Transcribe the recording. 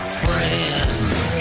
friends